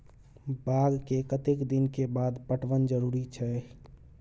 बाग के कतेक दिन के बाद पटवन जरूरी छै?